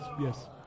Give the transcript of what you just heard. yes